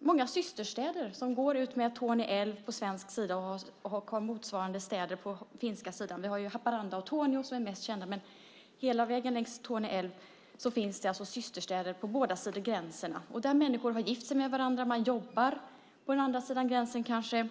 många systerstäder som går utmed Torne älv på svensk sida och motsvarande städer på den finska sidan. Vi har Haparanda och Torneå som är mest kända, men hela vägen längs Torne älv finns det systerstäder på båda sidor gränsen. Där har människor gift sig med varandra. Man jobbar på den andra sidan gränsen kanske.